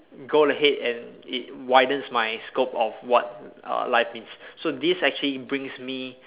go ahead and it widens my scope of what err life means so this actually brings me